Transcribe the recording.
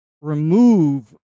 remove